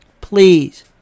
Please